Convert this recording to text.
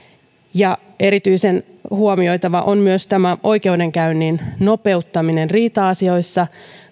erityisen huomioitavaa on myös oikeudenkäynnin nopeuttaminen riita asioissa